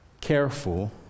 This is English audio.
careful